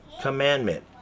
commandment